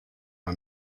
man